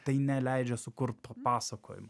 tai neleidžia sukurt to pasakojimo